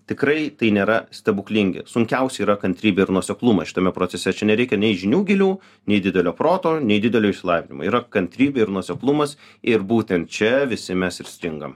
tikrai tai nėra stebuklingi sunkiausia yra kantrybė ir nuoseklumas šitame procese čia nereikia nei žinių gilių nei didelio proto nei didelio išsilavinimo yra kantrybė ir nuoseklumas ir būtent čia visi mes ir stingam